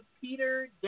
Peter